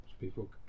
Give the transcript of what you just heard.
people